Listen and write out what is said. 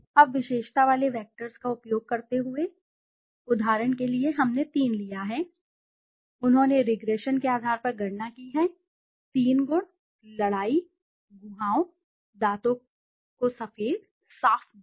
अब विशेषता वाले वैक्टर्स का उपयोग करते हुए उदाहरण के लिए हमने तीन लिया है उन्होंने रिग्रेशन के आधार पर गणना की है 3 गुण लड़ाई गुहाओं दांतों को सफेद साफ दाग